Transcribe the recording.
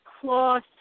cloth